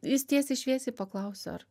jis tiesiai šviesiai paklausė ar